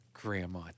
Grandma